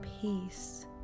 Peace